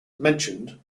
mentioned